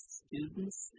students